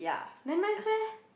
that nice meh